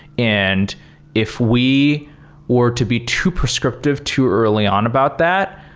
and if we were to be too prescriptive to early on about that,